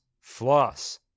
floss